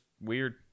weird